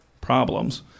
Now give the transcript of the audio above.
problems